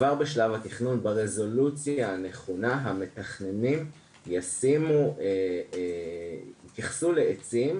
ברזולוציה הנכונה המתכננים התייחסו לעצים